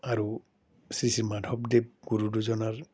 আৰু শ্ৰী শ্ৰী মাধৱদেৱ গুৰু দুজনাৰ